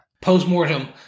post-mortem